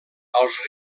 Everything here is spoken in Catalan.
als